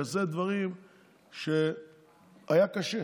ואלו דברים שהיה קשה,